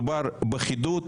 מדובר בחידוד,